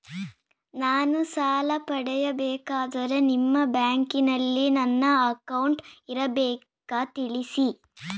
ನಾನು ಸಾಲ ಪಡೆಯಬೇಕಾದರೆ ನಿಮ್ಮ ಬ್ಯಾಂಕಿನಲ್ಲಿ ನನ್ನ ಅಕೌಂಟ್ ಇರಬೇಕಾ ತಿಳಿಸಿ?